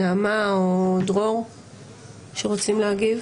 נעמה או דרור שרוצים להגיב?